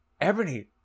Ebony